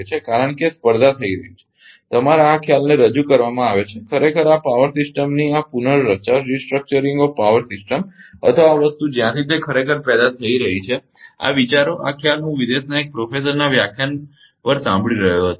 કારણ કે સ્પર્ધા થઇ રહી છે તમારા આ ખ્યાલને રજૂ કરવામાં આવે છે ખરેખર આ પાવર સિસ્ટમની આ પુનર્રચના અથવા આ વસ્તુ જ્યાંથી તે ખરેખર પેદા થઈ છે આ વિચારો આ ખ્યાલ હું વિદેશના એક પ્રોફેસરના વ્યાખ્યાન પર સાંભળી રહ્યો હતો